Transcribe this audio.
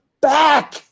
back